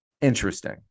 interesting